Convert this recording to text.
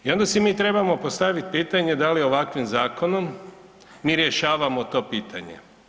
I onda si mi trebamo postaviti pitanje da li ovakvim zakonom mi rješavamo to pitanje.